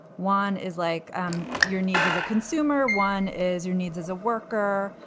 one is like um your needs as a consumer, one is your needs as a worker,